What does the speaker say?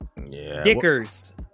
Dickers